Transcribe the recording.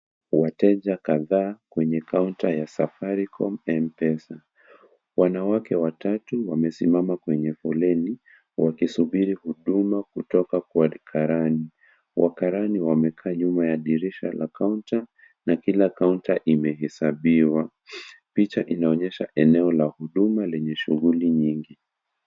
Wateja kadhaa kwenye kaonda ya Safaricom Mpesa. Wanawake watatu wamesimama kwenye foleni wakisubiri huduma kutoka kwa karani. Wakarani wamekaa nyuma ya dirisha ya kaonda na kila kaonda imehesabiwa. Picha inaonyesha eneo ya huduma yenye shughuli nyingi.